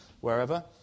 wherever